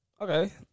okay